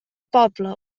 poble